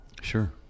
Sure